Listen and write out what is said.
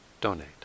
donate